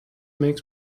makes